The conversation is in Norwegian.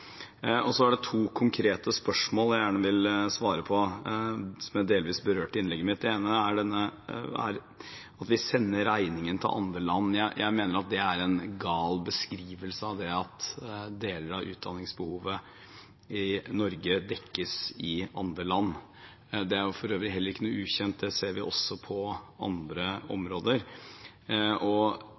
forskning. Så er det to konkrete spørsmål jeg gjerne vil svare på, og som jeg delvis berørte i innlegget mitt. Det ene er det at vi sender regningen til andre land. Jeg mener at det er en gal beskrivelse av det at deler av utdanningsbehovet i Norge dekkes i andre land. Det er for øvrig heller ikke noe ukjent, og det ser vi også på andre områder.